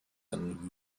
and